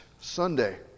Sunday